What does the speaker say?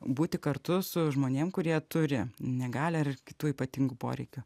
būti kartu su žmonėm kurie turi negalią ar kitų ypatingų poreikių